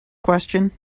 question